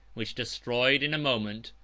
which destroyed, in a moment,